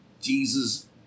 Jesus